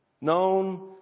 Known